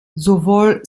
sowohl